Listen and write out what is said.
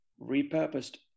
repurposed